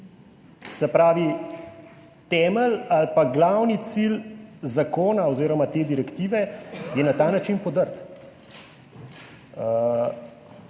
Se pravi, temelj ali pa glavni cilj te direktive je na ta način podrt.